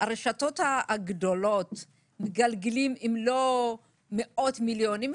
הרשתות הגדולות מגלגלות מאות מיליונים,